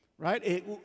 right